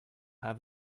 have